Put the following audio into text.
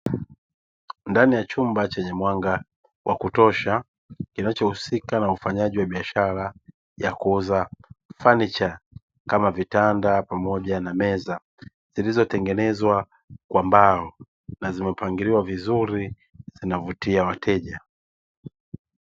Ndani ya chumba chenye mwanga wa kutosha, kinachohusika na ufanyaji wa biashara ya kuuza fanicha, kama vitanda pamoja na meza, zilizotengenezwa kwa mbao, na zimepangiliwa vizuri na kuvutia wateja.